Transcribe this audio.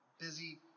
busy